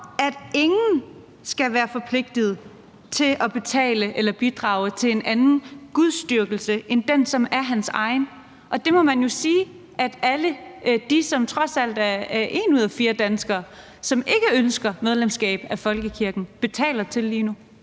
at ingen skal være forpligtet til at betale eller bidrage til en anden gudsdyrkelse end den, som er hans egen. Og det må man jo sige at alle de – det er trods alt en ud af fire danskere – som ikke ønsker medlemskab af folkekirken, betaler til lige nu.